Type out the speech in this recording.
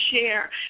share